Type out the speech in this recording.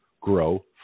Grow